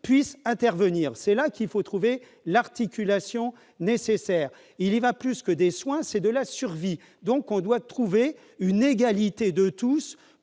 puisse intervenir, c'est là qu'il faut trouver l'articulation nécessaire, il va plus que des soins, c'est de la survie, donc on doit trouver une égalité de tous